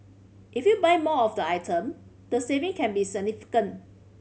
if you buy more of the item the saving can be significant